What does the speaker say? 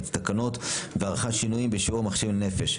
את התקנות וערכה שינויים בשיעור המכשירים לנפש,